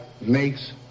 makes